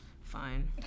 Fine